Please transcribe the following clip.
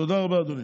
תודה רבה, אדוני.